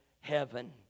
heaven